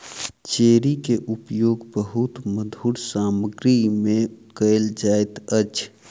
cherry के उपयोग बहुत मधुर सामग्री में कयल जाइत अछि